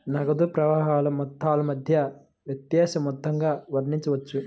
నగదు ప్రవాహాల మొత్తాల మధ్య వ్యత్యాస మొత్తంగా వర్ణించవచ్చు